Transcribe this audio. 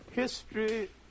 History